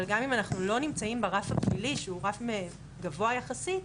אבל גם אם אנחנו לא נמצאים ברף הפלילי שהוא רף גבוה יחסית,